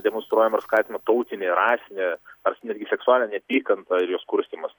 demonstruojama ir skatinama tautinė rasinė ars netgi seksualinė neapykanta ir jos kurstymas